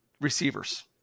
receivers